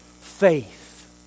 faith